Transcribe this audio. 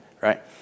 right